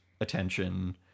attention